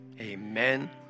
Amen